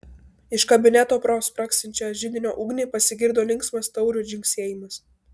iš kabineto pro spragsinčią židinio ugnį pasigirdo linksmas taurių dzingsėjimas